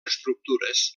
estructures